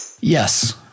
Yes